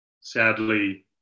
sadly